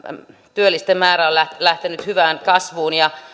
työllisten määrä on lähtenyt hyvään kasvuun